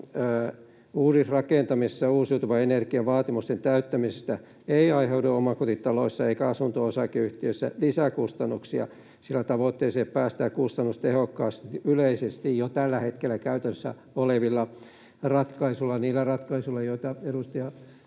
uudisrakentamisessa uusiutuvan energian vaatimusten täyttämisestä ei aiheudu omakotitaloissa eikä asunto-osakeyhtiöissä lisäkustannuksia, sillä tavoitteeseen päästään kustannustehokkaasti yleisesti jo tällä hetkellä käytössä olevilla ratkaisuilla, niillä ratkaisuilla, joita edustaja